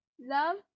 Love